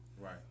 Right